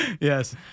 Yes